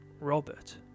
Robert